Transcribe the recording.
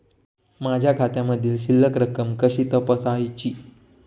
माझ्या खात्यामधील शिल्लक रक्कम कशी तपासायची?